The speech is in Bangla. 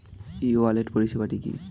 ই ওয়ালেট পরিষেবাটি কি?